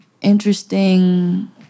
interesting